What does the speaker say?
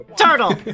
Turtle